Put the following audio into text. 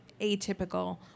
atypical